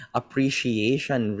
appreciation